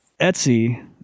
Etsy